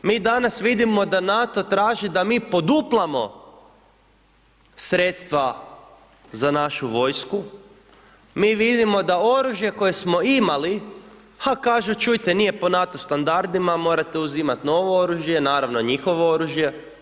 Mi danas vidimo da NATO traži da mi poduplamo sredstva za našu vojsku, mi vidimo da oružje koje smo imali, ha, kažu čujte, nije po NATO standardima, morate uzimati novo oružje, naravno, njihovo oružje.